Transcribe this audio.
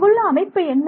இங்குள்ள அமைப்பு என்ன